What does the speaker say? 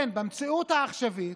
במציאות העכשווית,